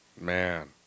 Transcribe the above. Man